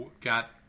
got